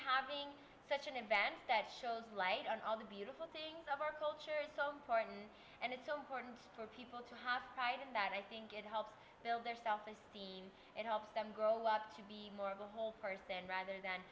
having such an event that shows like all the beautiful things of our culture is so important and it's so important for people to have pride in that i think it helps build their self esteem and it helps them grow up to be more of a whole person rather than